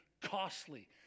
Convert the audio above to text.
costly